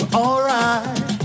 alright